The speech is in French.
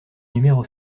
numéro